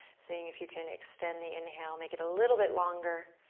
seeing if you can extend the inhale, make it a little bit longer,